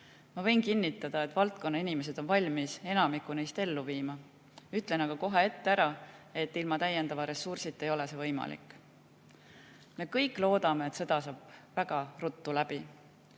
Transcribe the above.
Ma võin kinnitada, et valdkonna inimesed on valmis enamikku neist ellu viima. Ütlen aga kohe ette ära, et ilma täiendava ressursita ei ole see võimalik. Me kõik loodame, et sõda saab väga ruttu läbi.